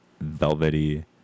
velvety